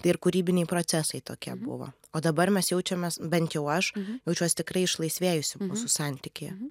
ir kūrybiniai procesai tokie buvo o dabar mes jaučiamės bent jau aš jaučiuos tikrai išlaisvėjusi mūsų santykyje